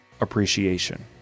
appreciation